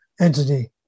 entity